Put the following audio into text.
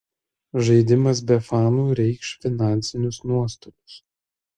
žaidimas be fanų reikš finansinius nuostolius